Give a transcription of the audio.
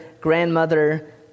grandmother